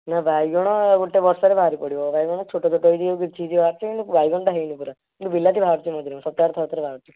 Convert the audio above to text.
ନା ବାଇଗଣ ଗୋଟେ ବସ୍ତାରେ ବାହାରି ପଡ଼ିବ ବାଇଗଣ ଛୋଟ ଛୋଟ ହେଇକି କିଛି ବାହାରିଛି କିନ୍ତୁ ବାଇଗଣଟା ହେଇନି ପୁରା ବିଲାତି ବାହାରୁଛି ମଝିରେ ସପ୍ତାହକୁ ଥରେ ଥରେ ବାହାରୁଛି